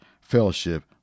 fellowship